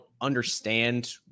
understand